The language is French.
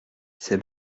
c’est